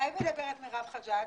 מתי מדברת מירב חג'אג'?